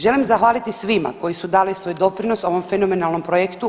Želim zahvaliti svima koji su dali svoj doprinos ovom fenomenalnom projektu.